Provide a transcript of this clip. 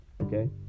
okay